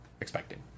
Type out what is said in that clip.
expecting